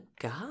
God